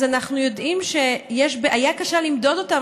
אנחנו יודעים שיש בעיה קשה למדוד אותם,